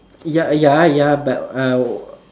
ya ya ya but uh I would